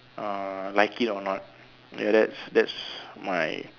uh like it or not that that's my